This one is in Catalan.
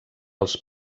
als